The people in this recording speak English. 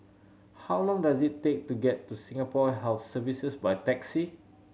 how long does it take to get to Singapore Health Services by taxi